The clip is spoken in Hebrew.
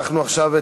אנחנו עכשיו,